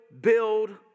build